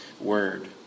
Word